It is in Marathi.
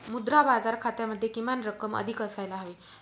मुद्रा बाजार खात्यामध्ये किमान रक्कम अधिक असायला हवी